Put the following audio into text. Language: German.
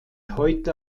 heute